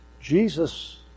Jesus